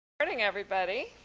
morning everybody.